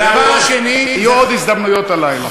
הדבר השני, יהיו עוד הזדמנויות הלילה.